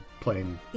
playing